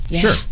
Sure